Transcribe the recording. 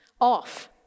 off